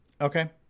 Okay